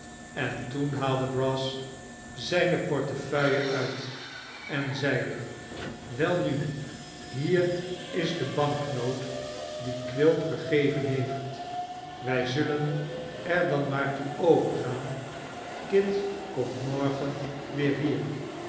en toen haalde brass zijne portefeuille uit en zeide welnu hier is de banknoot die quilp gegeven heeft wij zullen er dan maar toe overgaan kit komt morgen weer hier